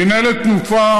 מינהלת תנופה,